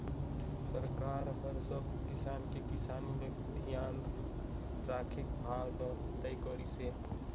सरकार हर सबो किसान के किसानी ल धियान राखके भाव ल तय करिस हे